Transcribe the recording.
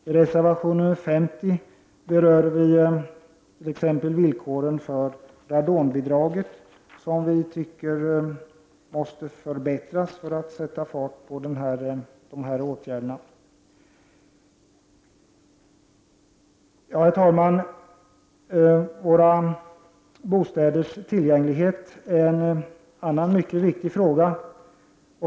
I reservation 50 berör vi exempelvis villkoren för radonbidraget, som vi tycker skall förbättras för att få till stånd de åtgärder som måste vidtas. Herr talman! Tillgänglighet till bostäder är en annan mycket viktig fråga.